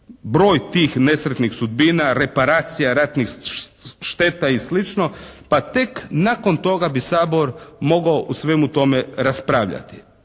Broj tih nesretnih sudbina, reparacija ratnih šteta i slično. Pa tek nakon toga bi Sabor mogao o svemu tome raspravljati.